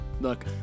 Look